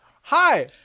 Hi